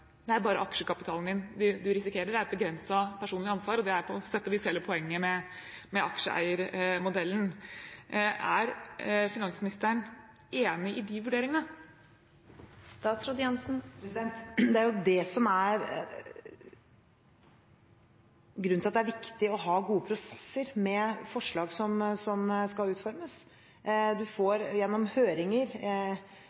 bare aksjekapitalen sin man risikerer, det er begrenset personlig ansvar, og det er på sett og vis hele poenget med aksjeeiermodellen. Er finansministeren enig i de vurderingene? Det er jo det som er grunnen til at det er viktig å ha gode prosesser med forslag som skal utformes. Man får gjennom høringer